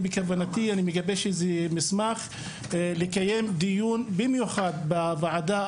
אני מגבש מסמך ובכוונתי לקיים דיון במיוחד בוועדה